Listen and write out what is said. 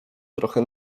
trochę